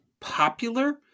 popular